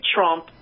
Trump